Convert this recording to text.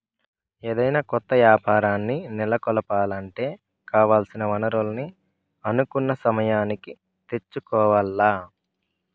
ఏదైనా కొత్త యాపారాల్ని నెలకొలపాలంటే కావాల్సిన వనరుల్ని అనుకున్న సమయానికి తెచ్చుకోవాల్ల